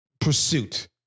pursuit